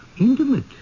Intimate